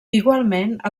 igualment